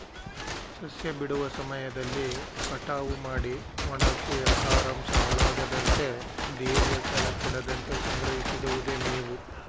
ಸಸ್ಯ ಬಿಡುವ ಸಮಯದಲ್ಲಿ ಕಟಾವು ಮಾಡಿ ಒಣಗ್ಸಿ ಆಹಾರಾಂಶ ಹಾಳಾಗದಂತೆ ದೀರ್ಘಕಾಲ ಕೆಡದಂತೆ ಸಂಗ್ರಹಿಸಿಡಿವುದೆ ಮೇವು